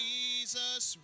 Jesus